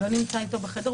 הוא לא נמצא איתו בחדר,